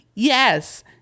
Yes